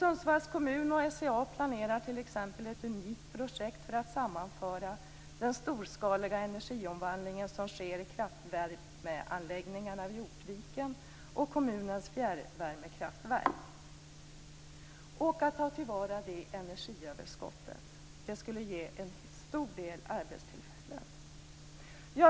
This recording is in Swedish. Sundsvalls kommun och SCA planerar t.ex. ett unikt projekt för att sammanföra den storskaliga energiomvandling som sker i kraftvärmeanläggningarna vid Ortviken och kommunens fjärrvärmeverk och ta till vara energiöverskottet. Det skulle ge en hel del arbetstillfällen.